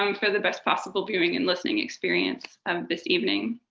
um for the best possible viewing and listening experience of this evening.